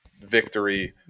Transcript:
victory